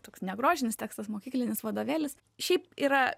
toks negrožinis tekstas mokyklinis vadovėlis šiaip yra